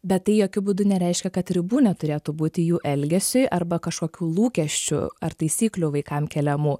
bet tai jokiu būdu nereiškia kad ribų neturėtų būti jų elgesiui arba kažkokių lūkesčių ar taisyklių vaikam keliamų